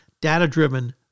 data-driven